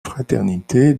fraternité